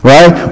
Right